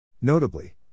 Notably